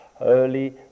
early